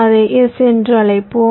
அதை S என்று அழைப்போம்